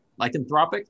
lycanthropic